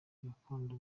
gakondo